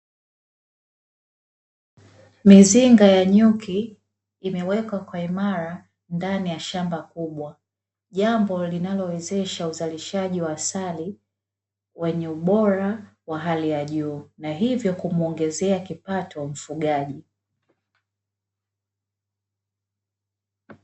Mizinga ya nyuki imewekwa kwa imara ndani ya shamba kubwa, jambo linalowezesha uzalishaji wa asali wenye ubora wa hali ya juu na hivyo kumuongezea kipato mfugaji.